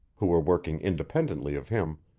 who were working independently of him,